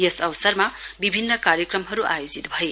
यस अवसरमा विभिन्न कार्यक्रमहरू आयोजित भए